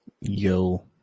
Yo